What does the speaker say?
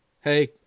hey